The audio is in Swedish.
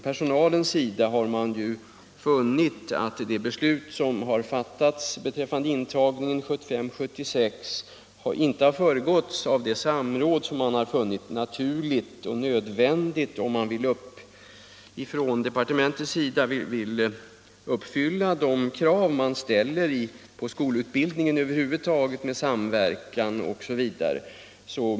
Personalen har funnit att det beslut som fattats beträffande intagningen 1975/76 inte har föregåtts av det samråd som varit naturligt och nödvändigt om man från departementets sida över huvud taget vill uppfylla de krav på samverkan osv. som ställs på skolutbildning.